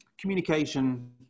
communication